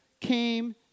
came